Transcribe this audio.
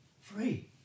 free